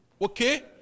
okay